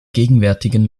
gegenwärtigen